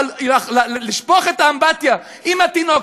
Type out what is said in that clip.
אבל לשפוך את מי האמבטיה עם התינוק?